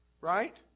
right